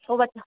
थोड़ा सा